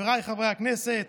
חבריי חברי הכנסת,